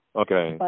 Okay